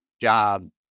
job